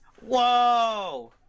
Whoa